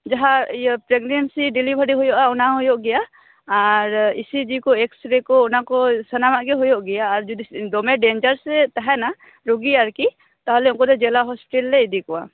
ᱡᱟᱦᱟᱸ ᱤᱭᱟᱹ ᱯᱮᱜᱱᱮᱴ ᱥᱮ ᱰᱮᱞᱤᱵᱷᱟᱨᱤ ᱦᱩᱭᱩᱜᱼᱟ ᱚᱱᱟ ᱦᱩᱭᱩᱜ ᱜᱮᱭᱟ ᱟᱨ ᱤ ᱥᱤ ᱜᱤ ᱠᱚ ᱮᱠᱥᱮᱨᱮ ᱠᱚ ᱚᱱᱟ ᱠᱚ ᱥᱟᱱᱟᱢᱟᱜ ᱜᱮ ᱦᱩᱭᱩᱜ ᱜᱮᱭᱟ ᱟᱨ ᱡᱩᱫᱤ ᱫᱚᱢᱮ ᱰᱮᱧᱡᱟᱨᱮᱥ ᱮ ᱛᱟᱦᱮᱱᱟ ᱨᱩᱜᱤ ᱟᱨᱠᱤ ᱛᱟᱦᱚᱞᱮ ᱩᱱᱠᱩᱫᱚ ᱡᱮᱞᱟ ᱦᱳᱥᱯᱤᱴᱟᱞ ᱞᱮ ᱤᱫᱤ ᱠᱚᱣᱟ